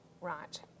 Right